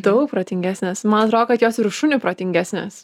daug protingesnės man atrodo kad jos ir už šunį protingesnės